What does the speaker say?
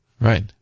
Right